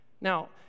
Now